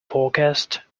forecast